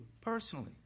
personally